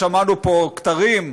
שמענו פה כתרים,